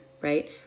right